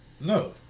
No